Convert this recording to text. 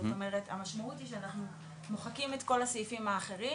המשמעות היא שאנחנו מוחקים את כל הסעיפים האחרים